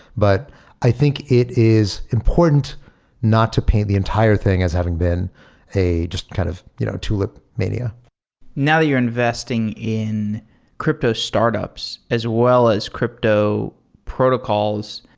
but i think it is important not to paint the entire thing as having been a just kind of you know tulip mania now that you're investing in crypto startups as well as crypto protocols,